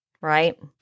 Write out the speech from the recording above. right